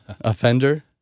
offender